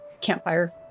campfire